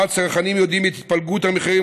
שבה הצרכנים יודעים את התפלגות המחירים